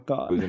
God